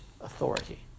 authority